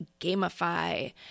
gamify